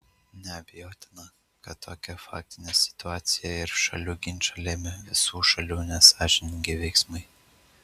neabejotina kad tokią faktinę situaciją ir šalių ginčą lėmė visų šalių nesąžiningi veiksmai